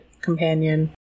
companion